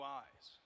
eyes